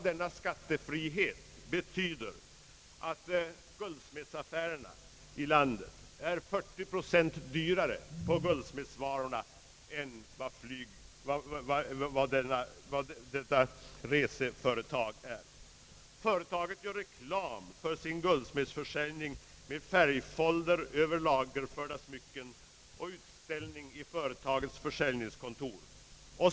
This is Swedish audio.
Denna skattefrihet betyder att guldsmedsaffärerna här i landet är 40 procent dyrare på guldsmedsvarorna än vad detta reseföretag är. Företaget gör reklam för sin smyckeförsäljning med färgfolder över lagerförda smycken och utställning i företagets försäljningskontor.